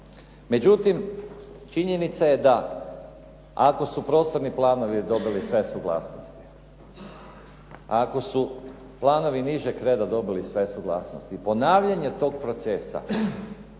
Međutim, činjenica je ako su prostorni planovi dobili sve suglasnosti, ako su planovi nižeg reda dobili sve suglasnosti ponavljanje tog procesa